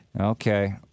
Okay